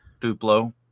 Duplo